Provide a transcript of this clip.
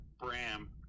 Bram